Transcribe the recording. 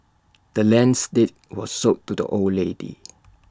the land's deed was sold to the old lady